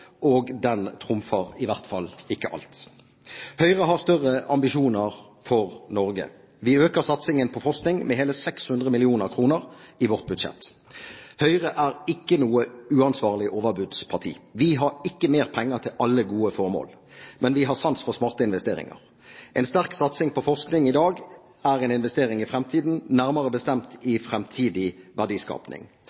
og den trumfer i hver fall ikke alt! Høyre har større ambisjoner for Norge. Vi øker satsingen på forskning med hele 600 mill. kr i vårt budsjett. Høyre er ikke noe uansvarlig overbudsparti. Vi har ikke mer penger til alle gode formål. Men vi har sans for smarte investeringer. En sterk satsing på forskning i dag er en investering i framtiden, nærmere bestemt i